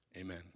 Amen